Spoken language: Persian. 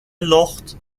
لخت